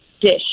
dish